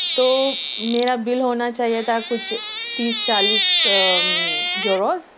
تو میرا بِل ہونا چاہیے تھا کچھ تیس چالیس یُوروز